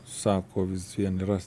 sako vis vien yra